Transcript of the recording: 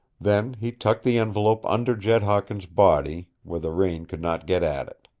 then he tucked the envelope under jed hawkins' body, where the rain could not get at it.